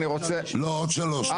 עוד שלוש.